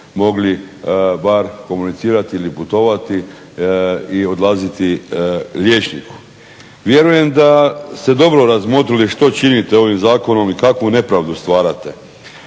mogli bar komunicirati ili putovati i odlaziti liječniku. Vjerujem da ste dobro razmotrili što činite ovim zakonom i kakvu nepravdu stvarate.